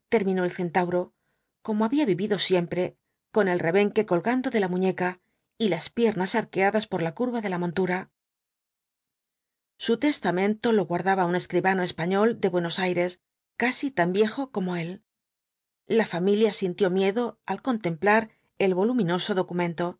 terminó el centauro como había vivido siempre con el rebenque colgando de la muñeca y las piernas arqueadas por la curva de la montura su testamento lo guardaba un escribano español de buenos aires casi tan viejo como él la familia sintió miedo al contemplar el voluminoso documento